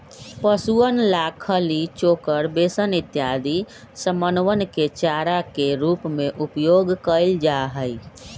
पशुअन ला खली, चोकर, बेसन इत्यादि समनवन के चारा के रूप में उपयोग कइल जाहई